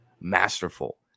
masterful